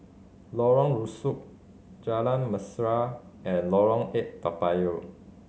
Lorong Rusuk Jalan Mesra and Lorong Eight Toa Payoh